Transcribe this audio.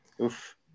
oof